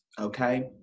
okay